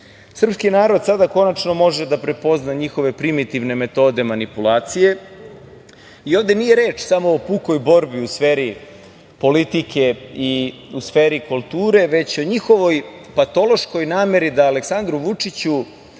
narod sada konačno može da prepozna njihove primitivne metode manipulacije. Ovde nije reč o samo o pukoj borbi u sferi politike i sferi kulture, već o njihovoj patološkoj nameri da Aleksandru Vučiću,